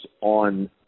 on